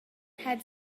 had